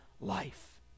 life